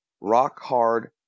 rock-hard